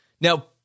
now